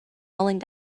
rolling